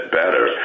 better